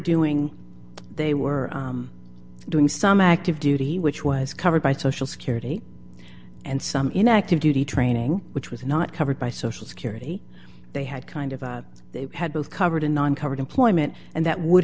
doing they were doing some active duty which was covered by social security and some in active duty training which was not covered by social security they had kind of they had both covered in uncovered employment and that would